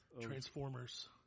Transformers